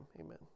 amen